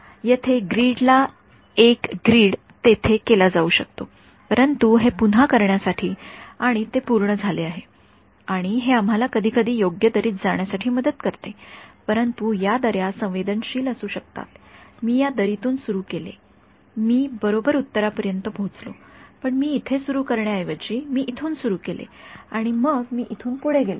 होय येथे ग्रीड ला एक ग्रीड तेथे केला जाऊ शकतो परंतु हे पुन्हा करण्यासाठी आणि ते पूर्ण झाले आहे आणि हे आम्हाला कधीकधी योग्य दरीत जाण्यासाठी मदत करते परंतु या दऱ्या संवेदनशील असू शकतात मी या दरीतून सुरु केले मी मी बरोबर उत्तरापर्यंत पोचलो पण मी इथं सुरू करण्याऐवजी मी इथून सुरू केले आणि मग मी इथून पुढे गेलो